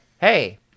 hey